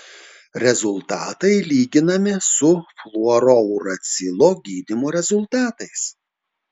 rezultatai lyginami su fluorouracilo gydymo rezultatais